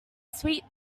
sweet